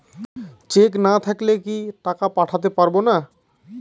Check না থাকলে কি টাকা পাঠাতে পারবো না?